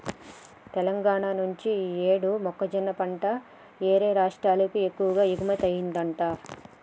తెలంగాణా నుంచి యీ యేడు మొక్కజొన్న పంట యేరే రాష్టాలకు ఎక్కువగా ఎగుమతయ్యిందంట